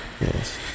Yes